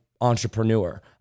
entrepreneur